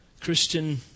Christian